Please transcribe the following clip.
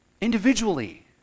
individually